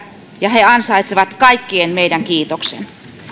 ja he ansaitsevat kaikkien meidän kiitoksen